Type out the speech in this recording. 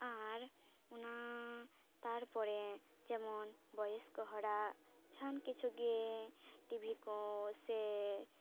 ᱟᱨ ᱚᱱᱟ ᱛᱟᱨᱯᱚᱨᱮ ᱡᱮᱢᱚᱱ ᱵᱚᱭᱮᱥ ᱠᱚ ᱦᱚᱲᱟᱜ ᱡᱟᱦᱟᱱ ᱠᱤᱪᱷᱩ ᱜᱮ ᱴᱤᱵᱷᱤ ᱠᱚ ᱥᱮ